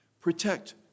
Protect